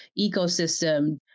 ecosystem